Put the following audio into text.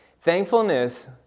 Thankfulness